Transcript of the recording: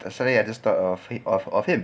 sorry I just thought of of of him